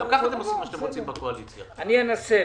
אני אנסה.